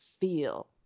feel